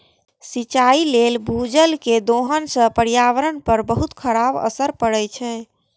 सिंचाइ लेल भूजल केर दोहन सं पर्यावरण पर बहुत खराब असर पड़ै छै